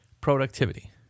productivity